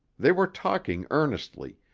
they were talking earnestly,